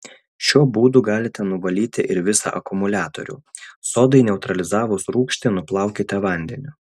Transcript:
šiuo būdu galite nuvalyti ir visą akumuliatorių sodai neutralizavus rūgštį nuplaukite vandeniu